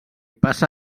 passa